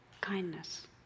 kindness